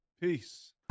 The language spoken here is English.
Peace